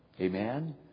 Amen